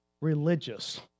religious